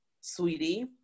Sweetie